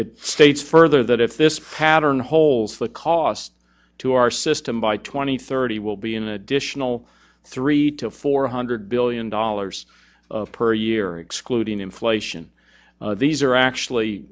it states further that if this pattern holds the cost to our system by two thousand and thirty will be an additional three to four hundred billion dollars per year excluding inflation these are actually